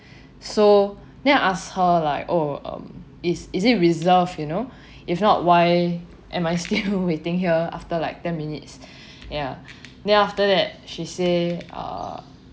so then I ask her like oh um is is it reserved you know if not why am I still waiting here after like ten minutes ya then after that she say ah